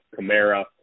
Kamara